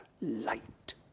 light